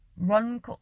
Run